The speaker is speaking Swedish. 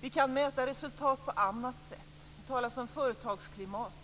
Vi kan mäta resultat på andra sätt. Det talas om företagsklimat.